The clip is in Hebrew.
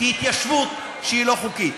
כהתיישבות שהיא לא חוקית.